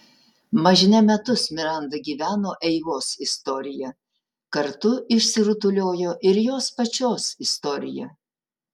mažne metus miranda gyveno eivos istorija kartu išsirutuliojo ir jos pačios istorija